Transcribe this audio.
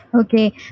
okay